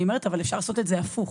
אבל אני אומרת שאפשר לעשות את זה הפוך.